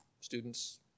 students